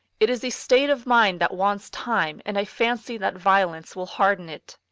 it is a state of mind that wants time, and i fancy that violence will harden it.